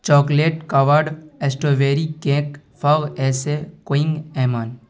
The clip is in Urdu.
چاکلیٹ کاواڈ اسٹوبیری کیک ایسے کوئنگ ایمان